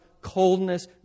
coldness